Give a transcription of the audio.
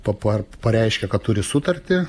papuo pareiškė kad turi sutartį